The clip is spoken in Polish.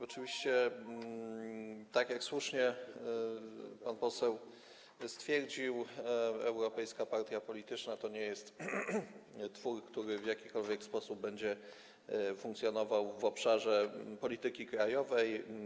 Oczywiście, tak jak słusznie pan poseł stwierdził, europejska partia polityczna to nie jest twór, który w jakikolwiek sposób będzie funkcjonował w obszarze polityki krajowej.